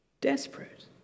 desperate